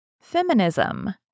Feminism